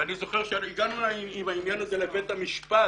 ואני זוכר שהגענו עם העניין הזה לבית המשפט